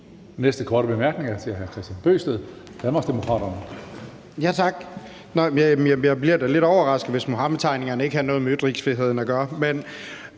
Næste korte bemærkning er til hr. Kristian Bøgsted, Danmarksdemokraterne.